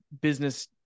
business